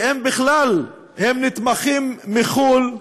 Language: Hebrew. שהם בכלל נתמכים מחו"ל,